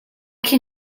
khi